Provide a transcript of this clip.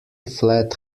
flat